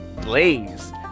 Blaze